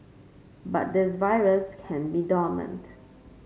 but this virus can be dormant